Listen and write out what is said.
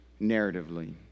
narratively